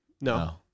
No